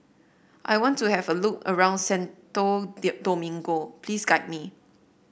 I want to have a look around Santo Domingo please guide me